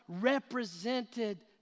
represented